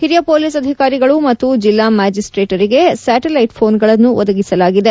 ಹಿರಿಯ ಪೊಲೀಸ್ ಅಧಿಕಾರಿಗಳು ಮತ್ತು ಜಿಲ್ಲಾ ಮ್ಯಾಜಿಸ್ತ್ವೇಟರಿಗೆ ಸ್ಯಾಟಿಲ್ಟೆಟ್ ಫೋನ್ಗಳನ್ನು ಒದಗಿಸಲಾಗಿದೆ